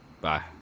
Bye